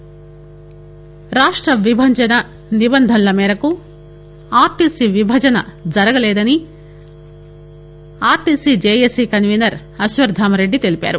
ర్భాష్ట విభజన నిబంధనల మేరకు ఆర్టీసీ విభజన జరగలేదని ఆర్టీసీ జేఏసీ కన్వీనర్ అశ్వాత్థామారెడ్డి తెలిపారు